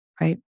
right